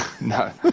No